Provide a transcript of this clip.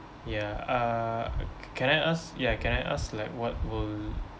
ya uh can I ask ya can I ask like what will